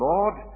Lord